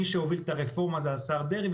מי שהוביל את הרפורמה הוא השר דרעי,